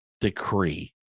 decree